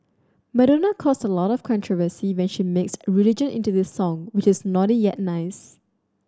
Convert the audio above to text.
Madonna caused a lot of controversy when she mixed religion into this song which is naughty yet nice